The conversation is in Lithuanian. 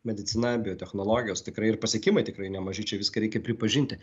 medicina biotechnologijos tikrai ir pasiekimai tikrai nemaži čia viską reikia pripažinti